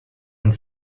and